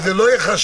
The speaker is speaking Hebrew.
שזה לא ייחשב,